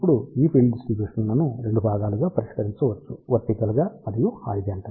ఇప్పుడు ఈ field distribution లను 2 భాగాలుగా పరిష్కరించవచ్చు వర్టికల్ గా మరియు హారిజాంటల్ గా